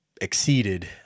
exceeded